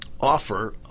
offer